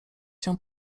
się